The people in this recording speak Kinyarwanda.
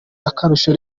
akarusho